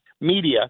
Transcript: media